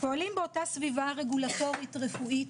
פועלים באותה סביבה רגולטורית רפואית,